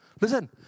Listen